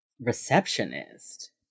receptionist